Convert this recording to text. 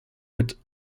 mit